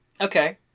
Okay